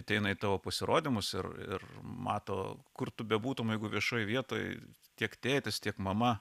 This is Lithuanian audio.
ateina į tavo pasirodymus ir ir mato kur tu bebūtum jeigu viešoj vietoj tiek tėtis tiek mama